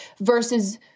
versus